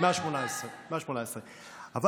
118. 118. 118,